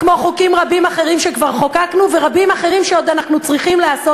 כמו חוקים רבים אחרים שכבר חוקקנו ורבים אחרים שאנחנו עוד צריכים לעשות.